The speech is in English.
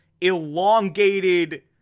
elongated